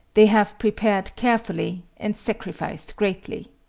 they have prepared carefully and sacrificed greatly.